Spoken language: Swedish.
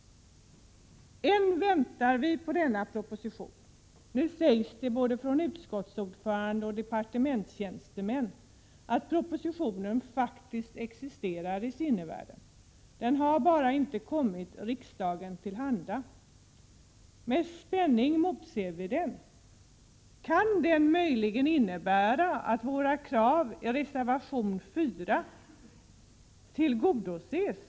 Än väntar vi på denna proposition. Både utskottets ordförande och departementstjänstemän säger nu att propositionen faktiskt existerar i sinnevärlden — den har bara inte kommit riksdagen till handa. Med spänning emotser vi denna proposition. Kan den möjligen innebära att våra krav i reservation 4 tillgodoses?